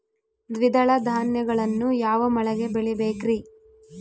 ದ್ವಿದಳ ಧಾನ್ಯಗಳನ್ನು ಯಾವ ಮಳೆಗೆ ಬೆಳಿಬೇಕ್ರಿ?